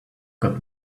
got